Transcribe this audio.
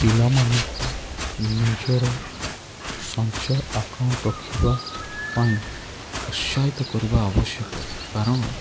ପିଲା ମାନଙ୍କୁ ନିଜର ସଞ୍ଚୟ ଆକାଉଣ୍ଟ ରଖିବା ପାଇଁ ଉତ୍ସାହିତ କରିବା ଆବଶ୍ୟକ କାରଣ